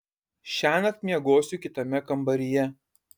šiąnakt miegosiu kitame kambaryje